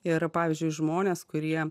ir pavyzdžiui žmonės kurie